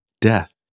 death